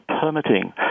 permitting